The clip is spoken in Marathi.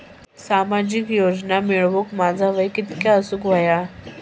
सामाजिक योजना मिळवूक माझा वय किती असूक व्हया?